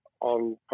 on